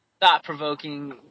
Thought-provoking